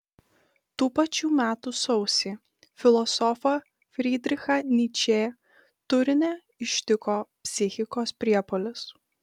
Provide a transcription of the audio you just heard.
tų pačių metų sausį filosofą frydrichą nyčę turine ištiko psichikos priepuolis